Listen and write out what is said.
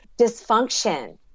dysfunction